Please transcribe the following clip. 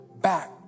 back